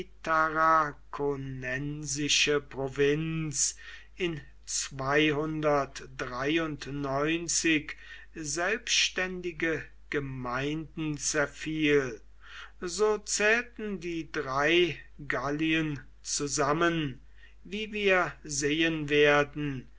tarraconensische provinz in selbständige gemeinden zerfiel so zählten die drei gallien zusammen wie wir sehen werden